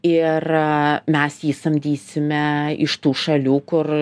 ir mes jį samdysime iš tų šalių kur